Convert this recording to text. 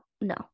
no